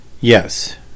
yes